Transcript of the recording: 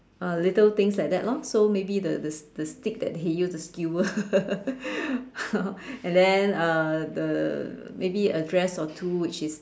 uh little things like that lor so maybe the this this stick that he use to skewer and then uh the maybe a dress or two which is